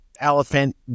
elephant